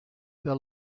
their